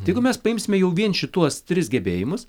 tai jeigu mes paimsime jau vien šituos tris gebėjimus